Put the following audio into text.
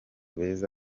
beza